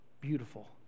Beautiful